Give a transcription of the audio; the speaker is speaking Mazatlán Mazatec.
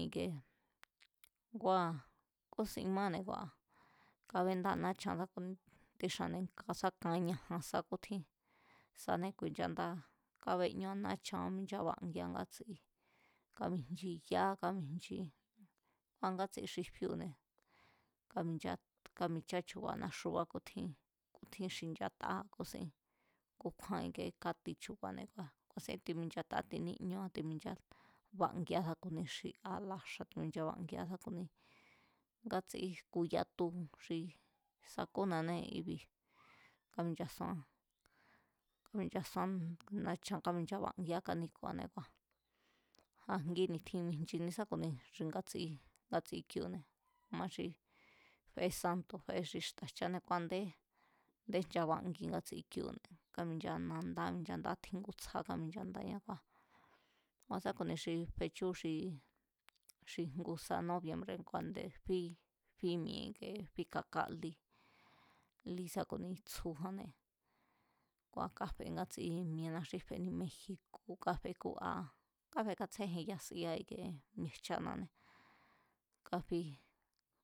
Ikie kua kúsin máne̱ kua̱ kábéndáa náchan tíxanne̱ nga sá kan ñajan sa kútínsané ku̱i̱nchandáa kábéñúa náchan áminchabangia ngátsi kábijchi yá kábijchi kua̱ ngátsi xi fíu̱ne̱, kámicha, kámichá chu̱ba̱a náxúbá kútjín xi̱nchatá kúsín kukjúán káti chu̱ba̱ne̱ kua̱ ku̱a̱sín timinchataá tiníñúá timinchabangiá sá ku̱ni xi alaxa̱ sa ku̱ni ngátsi jku̱ya tu xi sakúnanée̱ i̱bi̱, káminchasúan, kaminchasúan náchan, kaminchabangiá kaníku̱a̱née̱ kua̱ a̱ jgi ni̱tjin mijchini sá ku̱ni ngatsi kiu̱ne̱ a̱ma xi fe santu̱ fe xi xta jchane ku a̱ndé, a̱nde nchabangi ngatsi kiu̱ne̱ kaminchandáa nándá káminchandáa tjíngu tsjá kaminchandáñá kua̱ sá ku̱ni xi fechú xi ngu sa nóbiembre̱ ku a̱nde fí, a̱ndé fí mi̱e̱ i̱ke fí kaká lí, lí sa ku̱ni tsjújanné kua̱ káfe mi̱e̱na xí feni mexico̱ kafekúa, kafekatsjíéjeya siá ike mi̱e̱jchanané, káfí,